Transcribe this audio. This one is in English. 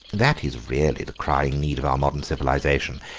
that is really the crying need of our modern civilisation.